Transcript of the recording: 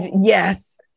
Yes